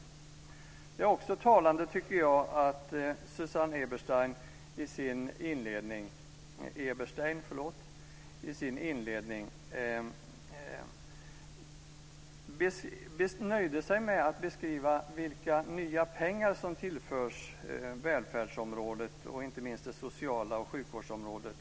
Jag tycker också att det är talande att Susanne Eberstein i sin inledning nöjde sig med att beskriva vilka nya pengar som tillförs välfärdsområdet och inte minst det sociala området och sjukvårdsområdet.